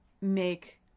make